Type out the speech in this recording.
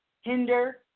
hinder